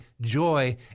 joy